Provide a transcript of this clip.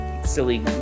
Silly